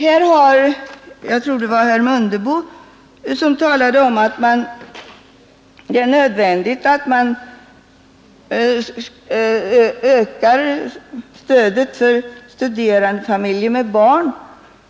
Herr Mundebo talade om att det är nödvändigt att öka stödet för studerandefamiljer med barn.